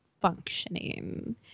functioning